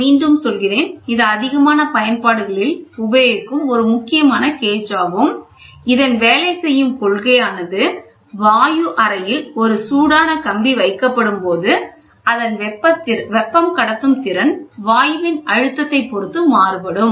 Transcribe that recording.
நான் மீண்டும் சொல்கிறேன் இது அதிகமான பயன்பாடுகளில் உபயோகிக்கும் ஒரு முக்கியமான கேஜ் ஆகும் இதன் வேலை செய்யும் கொள்கையானது வாயு அறையில் ஒரு சூடான கம்பி வைக்கப்படும் போது அதன் வெப்ப கடத்துத்திறன் வாயுவின் அழுத்தத்தை பொருத்து மாறுபடும்